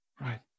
right